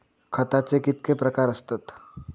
खताचे कितके प्रकार असतत?